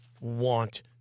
want